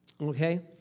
okay